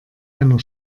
einer